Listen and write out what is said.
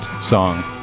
song